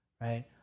right